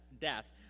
death